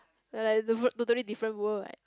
no like the totally different world like